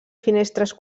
finestres